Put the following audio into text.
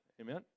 Amen